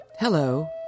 Hello